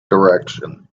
direction